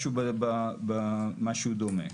משהו גומה.